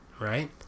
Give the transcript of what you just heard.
Right